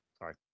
Sorry